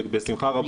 בשמחה רבה.